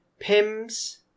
Pims